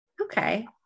Okay